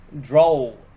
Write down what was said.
droll